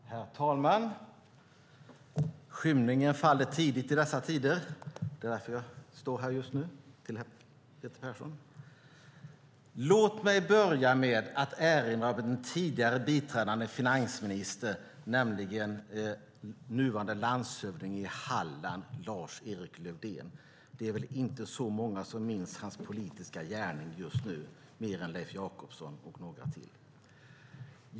Herr talman! Skymningen faller tidigt i dessa tider. Därför står jag här just nu, Peter Persson. Låt mig börja med att erinra om en tidigare biträdande finansminister nämligen nuvarande landshövdingen i Halland, Lars-Erik Lövdén. Det är väl inte så många som minns hans politiska gärning just nu, mer än Leif Jakobsson och några till.